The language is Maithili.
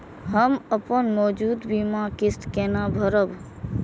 हम अपन मौजूद बीमा किस्त केना भरब?